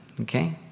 Okay